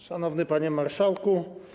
Szanowny Panie Marszałku!